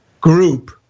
group